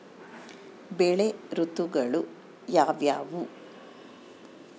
ಬೆಳೆ ಋತುಗಳು ಯಾವ್ಯಾವು?